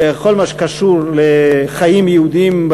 בכל מה שקשור לחיים יהודיים,